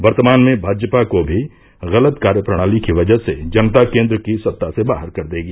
वर्तमान में भाजपा को भी गलत कार्यप्रणाली की वजह से जनता केन्द्र की सत्ता से बाहर कर देगी